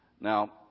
Now